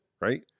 right